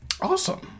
awesome